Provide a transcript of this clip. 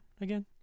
again